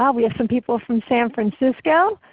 um we have some people from san francisco,